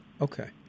Okay